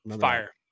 Fire